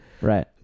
Right